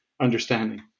understanding